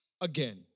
again